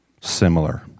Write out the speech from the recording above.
similar